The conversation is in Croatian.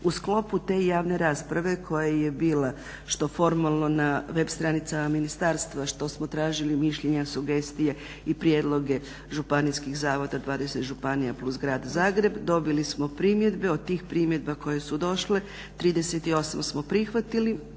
U sklopu te javne rasprave koja je bila što formalno na web stranicama ministarstva što smo tražili mišljenja, sugestije i prijedloge županijskih zavoda 20 županija plus Grad Zagreb dobili smo primjedbe. Od tih primjedba koje su došle 38 smo prihvatili,